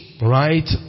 right